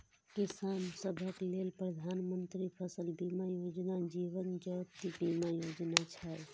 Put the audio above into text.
किसान सभक लेल प्रधानमंत्री फसल बीमा योजना, जीवन ज्योति बीमा योजना छै